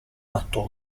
atto